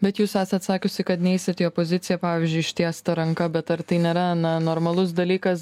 bet jūs esat sakiusi kad neisit į opoziciją pavyzdžiui ištiesta ranka bet ar tai nėra na normalus dalykas